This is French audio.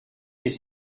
des